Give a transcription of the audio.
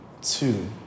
two